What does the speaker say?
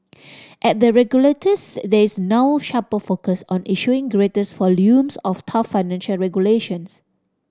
at the regulators there is now sharper focus on issuing greater volumes of tough financial regulations